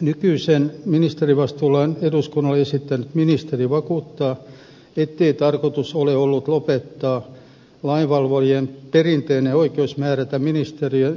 nykyisen ministerivastuulain eduskunnalle esittänyt ministeri vakuuttaa ettei tarkoitus ole ollut lopettaa lainvalvojien perinteistä oikeutta määrätä